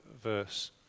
verse